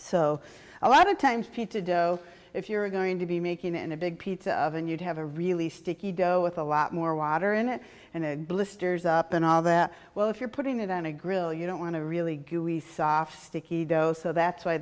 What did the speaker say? so a lot of times pizza dough if you're going to be making it in a big pizza oven you'd have a really sticky dough with a lot more water in it and blisters up and all that well if you're putting it on a grill you don't want to really gooey soft sticky dough so that's why